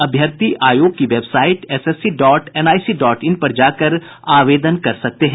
अभ्यर्थी आयोग की website SSC dot NIC dot in पर जाकर आवेदन कर सकते हैं